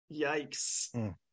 Yikes